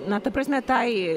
na ta prasme tai